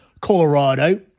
Colorado